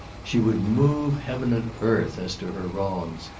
she would move heaven and earth as to her wrongs.